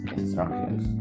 instructions